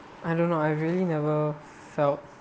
I don't know I really never felt